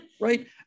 Right